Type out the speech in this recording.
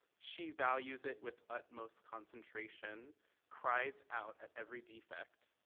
she values it with utmost concentration cries out at every defect.